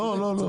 לא, לא.